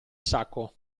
sacco